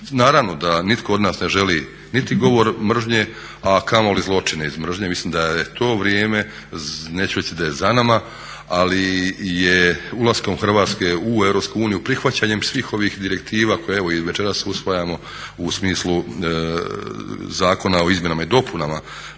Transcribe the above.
Naravno da, nitko od nas ne želi niti govor mržnje a kamoli zločine iz mržnje, mislim da je to vrijeme, neću reći da je za nama ali je ulaskom Hrvatske u Europsku uniju, prihvaćanjem svih ovih direktiva koje evo i večeras usvajamo u smislu Zakona o izmjenama i dopunama